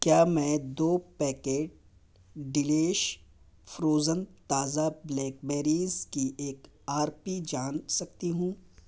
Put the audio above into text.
کیا میں دو پیکٹ ڈیلیش فروزن تازہ بلیک بیریز کی ایک آر پی جان سکتی ہوں